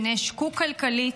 שנעשקו כלכלית.